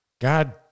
God